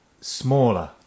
smaller